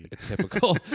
Typical